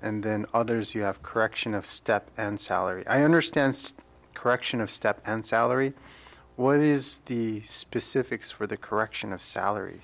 and then others you have correction of step and salary i understand correction of step and salary when he is the specifics for the correction of salary